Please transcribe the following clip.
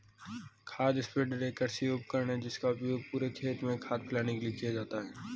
खाद स्प्रेडर एक कृषि उपकरण है जिसका उपयोग पूरे खेत में खाद फैलाने के लिए किया जाता है